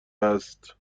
هست